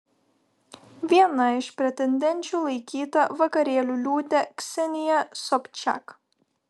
viena iš pretendenčių laikyta vakarėlių liūtė ksenija sobčiak